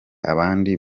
abandi